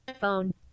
Phone